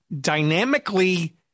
dynamically